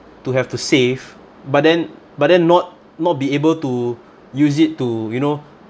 to have to save but then but then not not be able to use it to you know